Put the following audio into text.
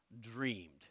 dreamed